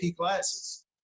classes